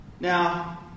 Now